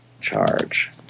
Charge